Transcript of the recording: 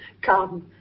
Come